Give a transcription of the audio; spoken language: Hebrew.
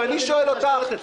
ואני שואל אותך,